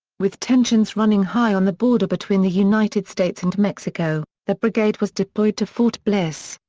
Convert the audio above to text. with tensions running high on the border between the united states and mexico, the brigade was deployed to fort bliss,